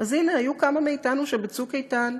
אז הנה, היו כמה מאתנו שב"צוק איתן",